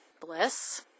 bliss